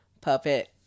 puppet